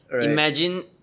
Imagine